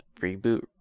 reboot